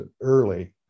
early